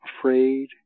afraid